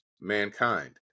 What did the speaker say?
mankind